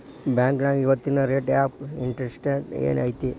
ಬಾಂಕ್ನ್ಯಾಗ ಇವತ್ತಿನ rate of interest ಏನ್ ಐತಿ